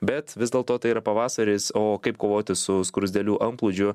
bet vis dėlto tai yra pavasaris o kaip kovoti su skruzdėlių antplūdžiu